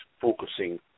focusing